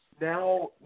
Now